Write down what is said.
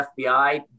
FBI